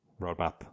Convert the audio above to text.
roadmap